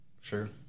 Sure